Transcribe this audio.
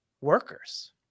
workers